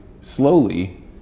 slowly